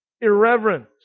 irreverence